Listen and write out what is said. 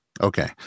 Okay